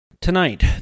Tonight